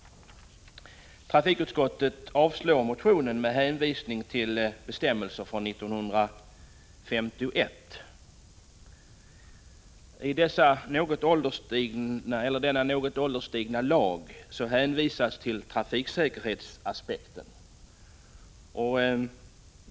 Trafikutskottet avstyrker motionen med hänvisning till bestämmelser från 1951. I denna något ålderstigna lag hänvisas till trafiksäkerhetsaspekten.